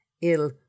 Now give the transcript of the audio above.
Ill